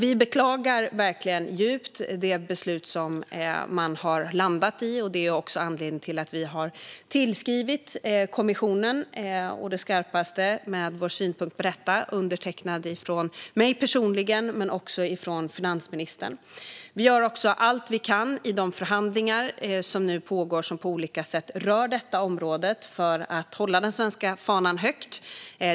Vi beklagar verkligen djupt det beslut som man har landat i. Detta är anledningen till att vi har tillskrivit kommissionen å det skarpaste med vår synpunkt på detta, undertecknat av mig personligen men också av finansministern. Vi gör också allt vi kan i de förhandlingar som nu pågår och som på olika sätt rör detta område, för att hålla den svenska fanan högt.